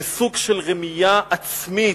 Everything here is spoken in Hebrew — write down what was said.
לסוג של רמייה עצמית.